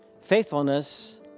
Faithfulness